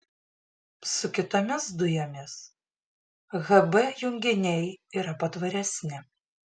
su kitomis dujomis hb junginiai yra patvaresni